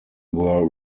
were